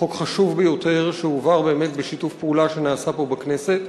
חוק חשוב ביותר שהועבר באמת בשיתוף פעולה שהיה פה בכנסת.